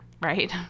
right